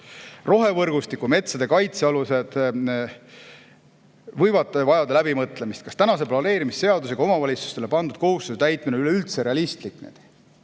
Rohevõrgustiku metsade kaitse alused võivad vajada läbimõtlemist, kas tänase planeerimisseadusega omavalitsustele pandud kohustuste täitmine on üleüldse realistlik.